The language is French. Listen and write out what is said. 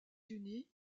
unis